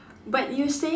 but you saying